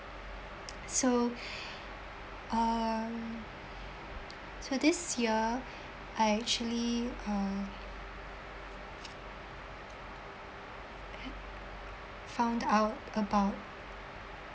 so uh so this year I actually uh a~ found out about